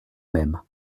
même